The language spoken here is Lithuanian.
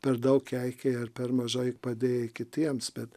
per daug keikei ar per mažai padėjai kitiems bet